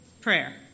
prayer